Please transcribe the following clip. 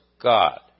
God